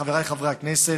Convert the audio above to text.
חבריי חברי הכנסת,